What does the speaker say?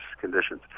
conditions